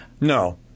No